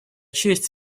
честь